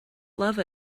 love